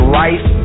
life